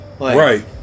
Right